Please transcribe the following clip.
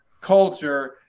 culture